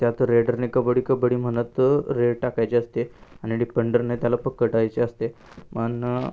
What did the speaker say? त्यात रेडरने कबड्डी कबड्डी म्हणत रेड टाकायची असते आणि डिपेंडरने त्याला पकडायचे असते मन